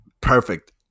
Perfect